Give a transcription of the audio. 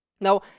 Now